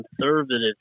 conservative